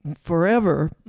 forever